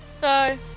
bye